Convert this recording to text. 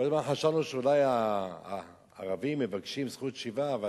כל הזמן חשבנו שאולי הערבים מבקשים זכות שיבה, אבל